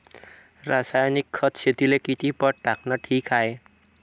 रासायनिक खत शेतीले किती पट टाकनं ठीक हाये?